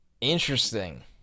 interesting